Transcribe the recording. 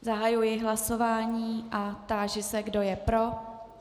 Zahajuji hlasování a táži se, kdo je pro.